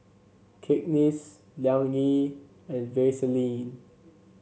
Cakenis Liang Yi and Vaseline